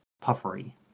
puffery